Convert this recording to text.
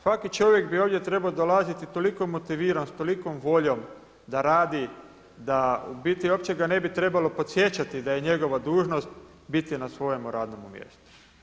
Svaki čovjek bi ovdje trebao dolaziti toliko motiviran, s tolikom voljom da radi da u biti uopće ga ne bi trebalo podsjećati da je njegova dužnost biti na svojemu radnome mjestu.